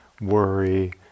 worry